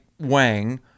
wang